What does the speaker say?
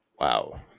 Wow